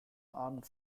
armed